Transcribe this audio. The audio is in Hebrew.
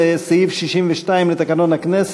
שנשאר אתנו על הדוכן.